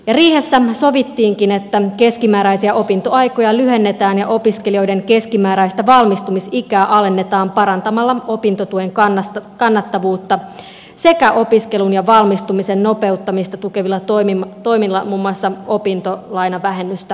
riihessä sovittiinkin että keskimääräisiä opintoaikoja lyhennetään ja opiskelijoiden keskimääräistä valmistumisikää alennetaan parantamalla opintotuen kannattavuutta sekä opiskelun ja valmistumisen nopeuttamista tukevilla toimilla muun muassa opintolainavähennystä nostamalla